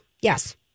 Yes